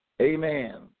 Amen